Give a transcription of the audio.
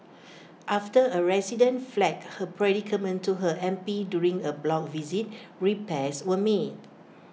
after A resident flagged her predicament to her M P during A block visit repairs were made